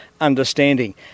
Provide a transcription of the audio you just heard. understanding